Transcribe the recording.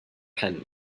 pen